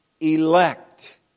elect